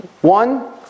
One